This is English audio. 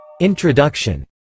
Introduction